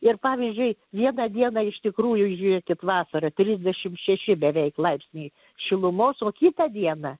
ir pavyzdžiui vieną dieną iš tikrųjų žiūrėkit vasarą trisdešimt šeši beveik laipsniai šilumos o kitą dieną